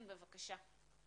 חיסון